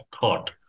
thought